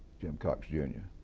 jim cox jr,